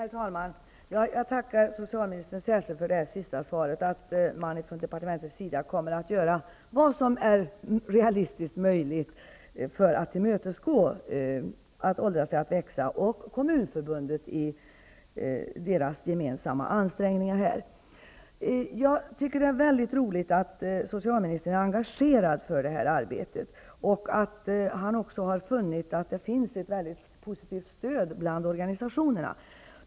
Herr talman! Jag tackar socialministern särskilt för det sista svaret, att man från departementets sida kommer att göra vad som är realistiskt möjligt för att tillmötesgå föreningen Att åldras är att växa och Kommunförbundet i deras gemensamma ansträngningar. Jag tycker att det är roligt att socialministern är engagerad i detta arbete och att han också har funnit att det finns ett positivt stöd bland organisationerna.